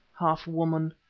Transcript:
half woman.